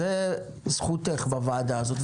זו זכותך בוועדה הזאת.